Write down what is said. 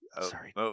Sorry